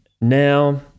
Now